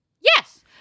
Yes